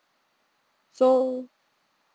so